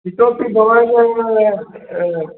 इतोपि भवान्